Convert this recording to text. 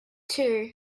too